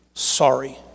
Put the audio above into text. Sorry